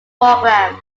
program